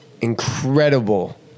incredible